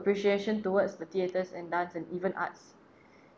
appreciation towards the theaters and dance and even arts